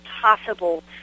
possible